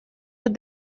this